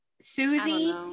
Susie